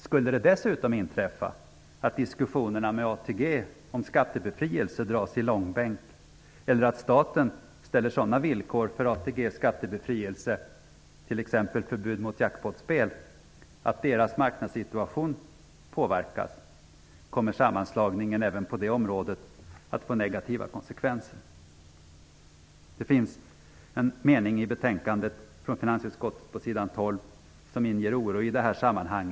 Skulle det dessutom inträffa att diskussionerna med ATG om skattebefrielse dras i långbänk eller att staten ställer sådana villkor för ATG:s skattebefrielse, t.ex. förbud mot jackpotspel, att deras marknadssituation påverkas, kommer sammanslagningen även på det området att få negativa konsekvenser. Det finns en mening på s. 12 i betänkandet från finansutskottet som inger oro i detta sammanhang.